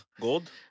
gold